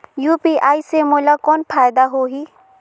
UPI से मोला कौन फायदा होही?